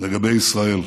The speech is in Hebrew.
לגבי ישראל.